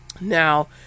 Now